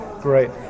Great